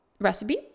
recipe